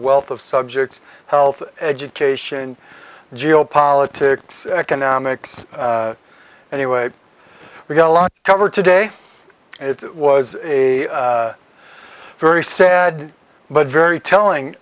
wealth of subjects health education geopolitics economics anyway we got a lot covered today it was a very sad but very telling